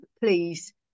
please